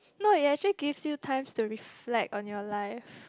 no it actually gives you time to reflect on your life